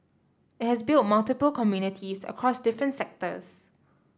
it has built multiple communities across different sectors